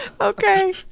Okay